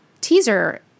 teaser